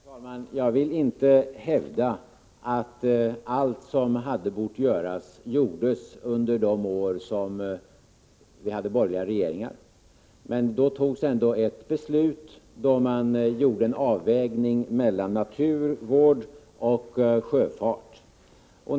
Herr talman! Jag vill inte hävda att allt som hade bort göras gjordes under de år när vi hade borgerliga regeringar, men då togs ändå ett beslut som byggde på en avvägning mellan naturvård och sjöfart.